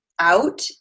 out